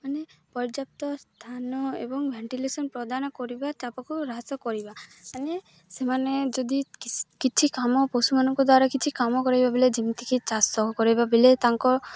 ମାନେ ପର୍ଯ୍ୟାପ୍ତ ସ୍ଥାନ ଏବଂ ଭେଣ୍ଟିଲେସନ୍ ପ୍ରଦାନ କରିବା ତାପକୁ ହ୍ରସ କରିବା ମାନେ ସେମାନେ ଯଦି କିଛି କାମ ପଶୁମାନଙ୍କ ଦ୍ୱାରା କିଛି କାମ କରେଇବା ବଲେ ଯେମିତିକି ଚାଷ ସହ କରେଇବା ବେଲେ ତାଙ୍କ